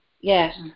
Yes